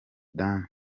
sudan